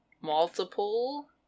multiple